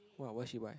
[wah] what she buy